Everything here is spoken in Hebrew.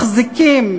מחזיקים